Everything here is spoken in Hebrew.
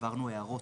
העברנו הערות.